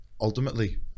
ultimately